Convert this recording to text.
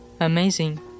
Amazing